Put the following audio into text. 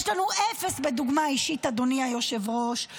יש לנו אפס בדוגמה אישית, אדוני היושב-ראש.